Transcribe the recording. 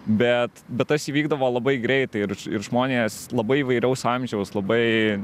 bet bet tas įvykdavo labai greitai ir ir žmonės labai įvairaus amžiaus labai